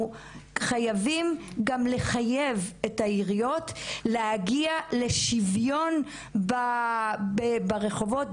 חייבים גם לחייב את העיריות להגיע לשוויון ברחובות,